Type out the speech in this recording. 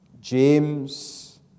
James